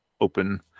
open